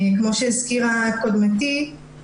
כמו שהזכירה קודמתי,